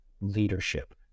leadership